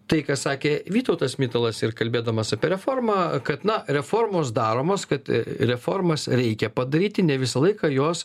tai ką sakė vytautas mitalas ir kalbėdamas apie reformą kad na reformos daromos kad reformas reikia padaryti ne visą laiką jos